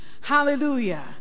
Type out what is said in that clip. Hallelujah